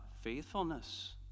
faithfulness